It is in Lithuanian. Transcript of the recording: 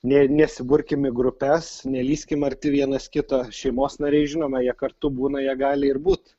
nei nesiburkim į grupes nelįskim arti vienas kito šeimos nariai žinoma jie kartu būna jie gali ir būt